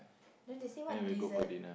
then they say what dessert